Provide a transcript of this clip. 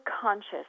conscious